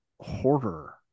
horror